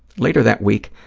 later that week,